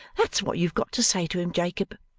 that's what you've got to say to him, jacob